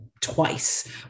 twice